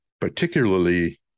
particularly